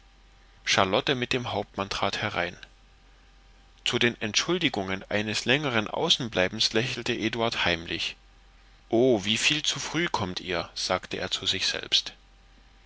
charlotte mit dem hauptmann trat herein zu den entschuldigungen eines längeren außenbleibens lächelte eduard heimlich o wie viel zu früh kommt ihr sagte er zu sich selbst